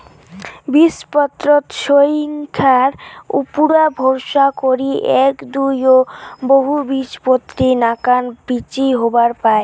বীজপত্রর সইঙখার উপুরা ভরসা করি এ্যাক, দুই ও বহুবীজপত্রী নাকান বীচি হবার পায়